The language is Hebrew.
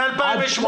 מ-2008.